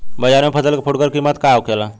बाजार में फसल के फुटकर कीमत का होखेला?